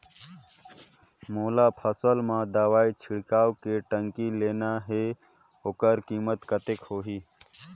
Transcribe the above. मोला फसल मां दवाई छिड़काव के टंकी लेना हे ओकर कीमत कतेक होही?